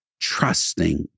trusting